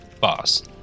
Boss